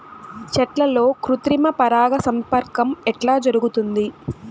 చెట్లల్లో కృత్రిమ పరాగ సంపర్కం ఎట్లా జరుగుతుంది?